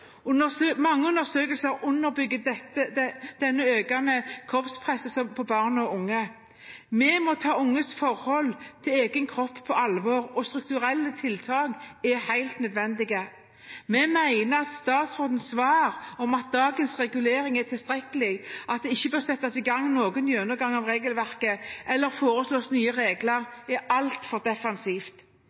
Mange undersøkelser underbygger dette økende kroppspresset på barn og unge. Vi må ta unges forhold til egen kropp på alvor, og strukturelle tiltak er helt nødvendig. Vi mener at statsrådens svar om at dagens regulering er tilstrekkelig, og at det ikke bør settes i gang noen gjennomgang av regelverket eller foreslås nye regler, er altfor defensivt.